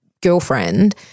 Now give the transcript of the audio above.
girlfriend